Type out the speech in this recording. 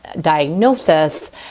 diagnosis